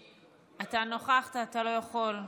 אתה נכחת, אתה לא יכול.